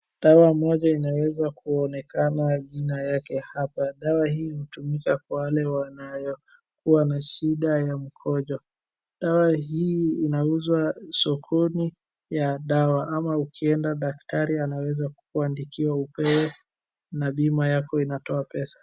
Dawa moja inaweza kuonekana jina yake hapa. Dawa hii hutumika kwa wale wanayokuwa na shida ya mkojo. Dawa hii inauzwa sokoni ya dawa, ama ukienda daktari anaeza kukuandikia upewe na bima yako inatoa pesa.